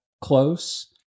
close